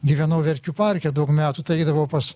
gyvenau verkių parke daug metų tai eidavau pas